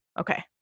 okay